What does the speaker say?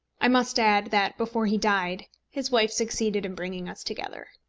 i must add, that before he died his wife succeeded in bringing us together.